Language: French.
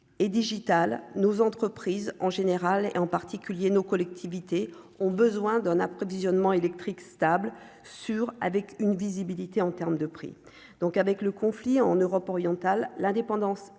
et Digital nos entreprises en général et en particulier nos collectivités ont besoin d'un approvisionnement électrique stable sur avec une visibilité en termes de prix donc avec le conflit en Europe orientale, l'indépendance